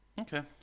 okay